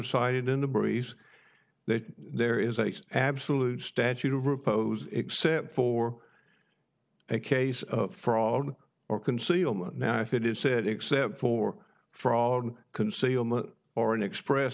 cited in the breeze that there is a absolute statute of repose except for case of fraud or concealment now if it is said except for fraud concealment or an express